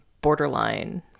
borderline